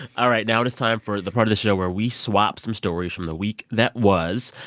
all right. now it is time for the part of the show where we swap some stories from the week that was.